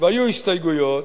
והיו הסתייגויות,